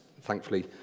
thankfully